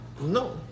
No